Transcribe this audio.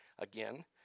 again